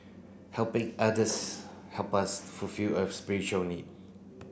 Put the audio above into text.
helping others help us fulfil a spiritual need